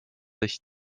sich